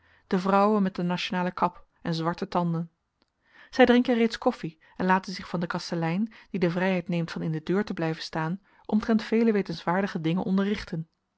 de vrouwen met de nationale kap en zwarte tanden zij drinken reeds koffie en laten zich van den kastelein die de vrijheid neemt van in de deur te blijven staan omtrent vele wetenswaardige dingen